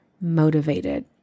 motivated